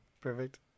Perfect